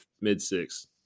mid-six